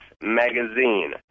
magazine